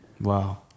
Wow